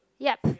yup